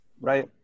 Right